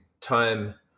time